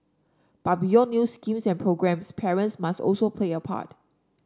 but beyond new schemes and programmes parents must also play a part